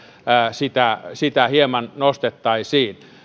sitä sitä hieman nostettaisiin